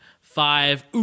five